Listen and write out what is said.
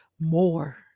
more